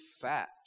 fat